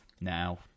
Now